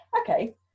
okay